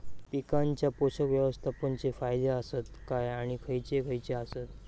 पीकांच्या पोषक व्यवस्थापन चे फायदे आसत काय आणि खैयचे खैयचे आसत?